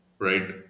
Right